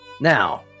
Now